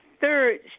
third